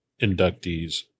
inductees